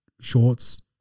shorts